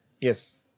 Yes